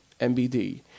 MBD